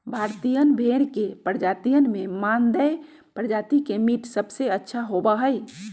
भारतीयन भेड़ के प्रजातियन में मानदेय प्रजाति के मीट सबसे अच्छा होबा हई